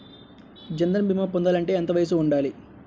జన్ధన్ భీమా పొందాలి అంటే ఎంత వయసు ఉండాలి?